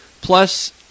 Plus